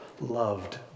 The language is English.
loved